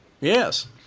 Yes